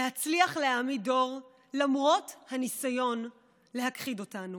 להצליח להעמיד דור, למרות הניסיון להכחיד אותנו.